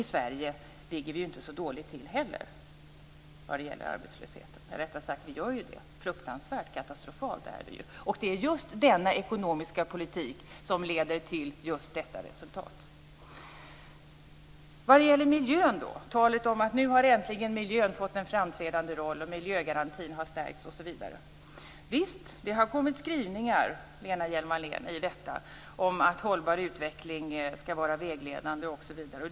I Sverige ligger vi inte heller så dåligt till när det gäller arbetslösheten. Eller rättare sagt: Vi gör ju det. Läget är fruktansvärt och katastrofalt. Det är just denna ekonomiska politik som leder till just detta resultat. Det talas också om att miljön nu äntligen har fått en framträdande roll och om att miljögarantin har stärkts osv. Visst, det har kommit skrivningar om att hållbar utveckling skall vara vägledande etc.